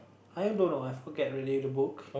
I I don't know I forget already the book